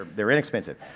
they're inexpensive.